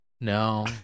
No